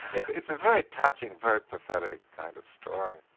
it's a very touching, very pathetic kind of story.